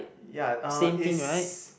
ya uh is